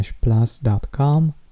plus.com